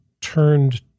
turned